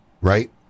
right